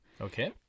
Okay